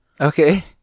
okay